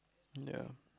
ya